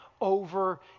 over